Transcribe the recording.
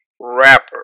rapper